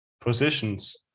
positions